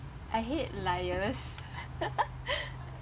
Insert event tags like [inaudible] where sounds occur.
I hate liars [laughs]